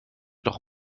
doch